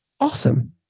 Awesome